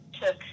took